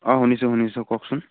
অঁ শুনিছো শুনিছো কওকচোন